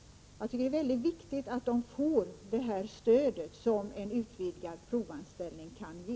Jag tycker det är viktigt att dessa grupper får det stöd som en utvidgning av systemet med provanställning kan ge.